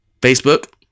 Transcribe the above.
Facebook